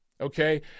Okay